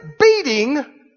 beating